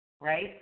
right